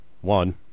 One